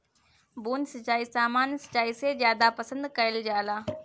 बूंद सिंचाई सामान्य सिंचाई से ज्यादा पसंद कईल जाला